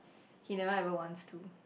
he never ever wants to